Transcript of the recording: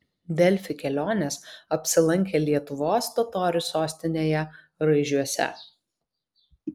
delfi kelionės apsilankė lietuvos totorių sostinėje raižiuose